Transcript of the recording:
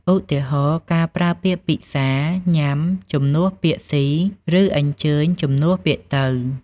ឧទាហរណ៍ ការប្រើពាក្យ ពិសា ញ៉ាំ ជំនួស ពាក្យស៊ី ឬ អញ្ជើញ ជំនួស ពាក្យទៅ។